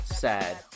sad